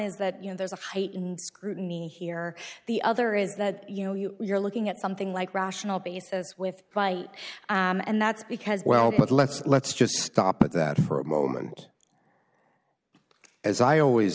is that you know there's a heightened scrutiny here the other is that you know you're looking at something like rational basis with fight and that's because well but let's let's just stop at that for a moment as i always